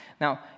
Now